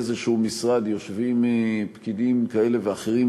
באיזשהו משרד יושבים פקידים כאלה ואחרים